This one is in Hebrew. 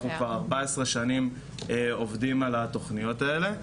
אנחנו כבר 14 שנים עובדים על התוכניות האלה,